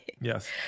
Yes